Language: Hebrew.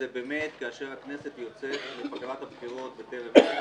וכשהכנסת יוצאת לפגרת בחירות בטעם עת